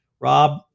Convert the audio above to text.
Rob